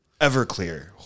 Everclear